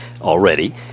already